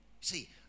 See